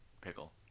pickle